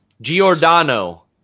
Giordano